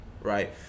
right